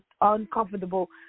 uncomfortable